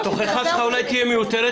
התוכחה שלך אולי תהיה מיותרת,